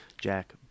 Jack